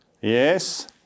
Yes